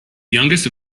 youngest